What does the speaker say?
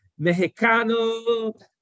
Mexicano